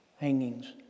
hangings